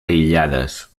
aïllades